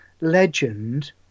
legend